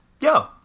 yo